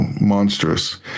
monstrous